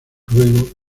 ruego